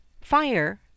fire